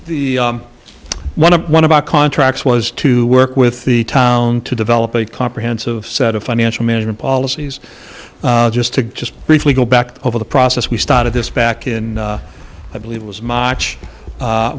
the one of one of our contracts was to work with the town to develop a comprehensive set of financial management policies just to get just briefly go back to over the process we started this back in i believe it was march